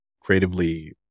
creatively